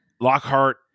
Lockhart